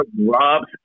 Robs